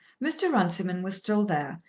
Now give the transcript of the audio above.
mr. runciman was still there,